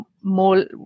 more